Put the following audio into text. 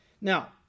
Now